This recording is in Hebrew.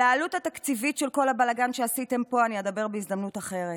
על העלות התקציבית של כל הבלגן שעשיתם פה אני אדבר בהזדמנות אחרת.